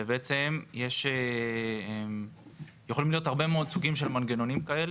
ובעצם יכולים להיות הרבה מאוד סוגים של מנגנונים כאלה,